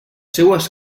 seues